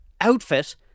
outfit